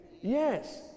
Yes